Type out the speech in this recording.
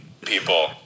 people